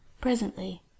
Presently